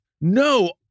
No